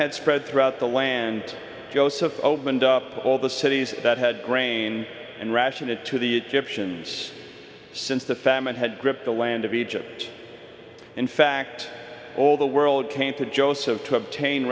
had spread throughout the land joseph opened up all the cities that had grain and ration it to the egyptian since the famine had gripped the land of egypt in fact all the world came to joseph to obtain